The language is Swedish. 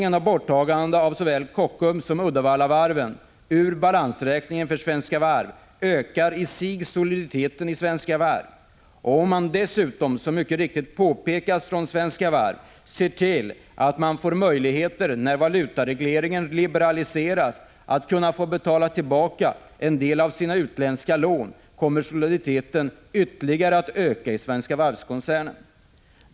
Enbart borttagandet av såväl Kockums som Uddevallavarvet ur balansräkningen för Svenska Varv ökar i sig soliditeten i Svenska Varv. Om man dessutom, som mycket riktigt påpekas från Svenska Varv, ser till att få möjligheter, när valutaregleringen liberaliseras, att betala tillbaka en del utländska lån, kommer soliditeten att öka ytterligare i Svenska Varvkoncernen.